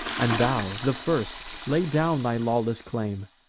and thou, the first, lay down thy lawless claim,